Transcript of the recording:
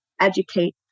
educate